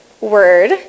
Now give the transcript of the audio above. word